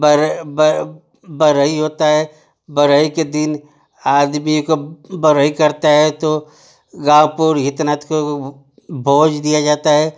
बरहै बरहई होता है बरहई के दिन आदमी को बरहई करता है तो गाँव पुर हित नात को भोज दिया जाता है